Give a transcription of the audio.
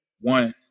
One